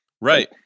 Right